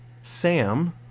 Sam